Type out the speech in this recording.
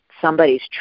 somebody's